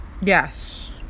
Yes